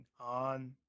on